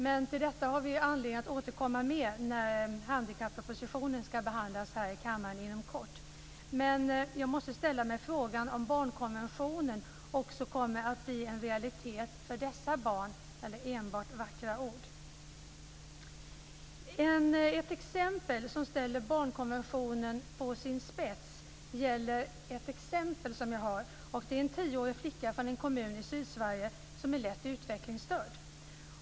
Men till detta har vi anledning att återkomma när handikappropositionen ska behandlas här i kammaren inom kort. Men jag måste ställa mig frågan om barnkonventionen kommer att bli en realitet också för dessa barn eller enbart vackra ord. Jag har ett exempel som ställer frågan om barnkonventionen på sin spets. Det gäller en tioårig flicka från en kommun i Sydsverige som är lätt utvecklingsstörd.